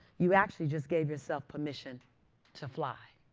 you actually just gave yourself permission to fly.